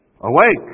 Awake